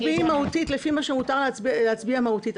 מצביעים מהותית לפי מה שמותר להצביע מהותית,